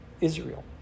Israel